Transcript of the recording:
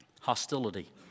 Hostility